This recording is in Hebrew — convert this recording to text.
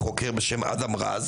חוקר בשם אדם רז